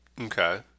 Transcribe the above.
Okay